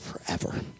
forever